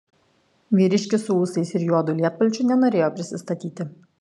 vyriškis su ūsais ir juodu lietpalčiu nenorėjo prisistatyti